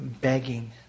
begging